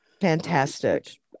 fantastic